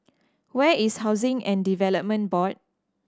where is Housing and Development Board